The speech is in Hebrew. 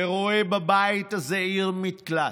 ורואה בבית הזה עיר מקלט.